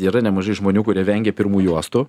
yra nemažai žmonių kurie vengia pirmų juostų